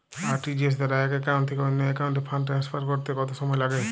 RTGS দ্বারা এক account থেকে অন্য একাউন্টে ফান্ড ট্রান্সফার করতে কত সময় লাগে?